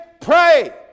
pray